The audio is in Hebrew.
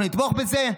אנחנו נתמוך בזה?